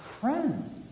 friends